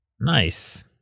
Nice